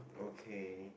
okay